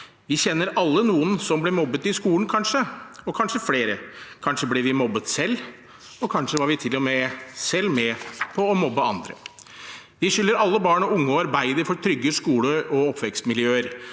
Vi kjenner alle noen som ble mobbet i skolen, kanskje flere. Kanskje ble vi mobbet selv, kanskje var vi til og med selv med på å mobbe andre. Vi skylder alle barn og unge å arbeide for trygge skoleog oppvekstmiljøer.